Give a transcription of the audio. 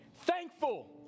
thankful